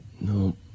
No